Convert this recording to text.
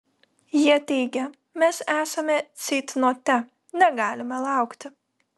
jie teigia mes esame ceitnote negalime laukti